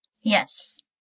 Yes